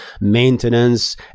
maintenance